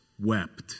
wept